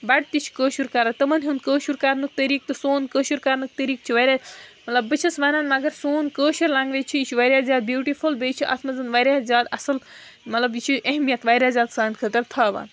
بَٹہٕ تہِ چھِ کٲشُر کَران تِمَن ہُنٛد کٲشُر کَرنُک طٔریٖقہٕ تہٕ سون کٲشُر کَرنُک طٔریٖقہٕ چھُ واریاہ مطلب بہٕ چھَس وَنان مگر سون کٲشُر لنٛگویج چھِ یہِ چھُ واریاہ زیادٕ بییوٹِفُل بیٚیہِ چھِ اَتھ منٛز واریاہ زیادٕ اَصٕل مطلب یہِ چھُ اہمیت واریاہ زیادٕ سانہِ خٲطرٕ تھاوان